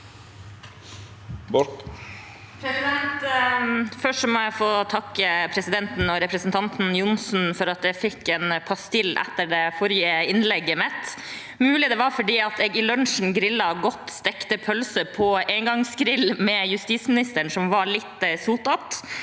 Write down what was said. Først må jeg få takke presidenten og representanten Johnsen for at jeg fikk en pastill etter det forrige innlegget mitt. Det er mulig det var fordi jeg i lunsjen grillet godt stekte pølser på engangsgrill med justisministeren – de var litt sotete.